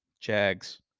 Jags